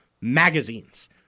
magazines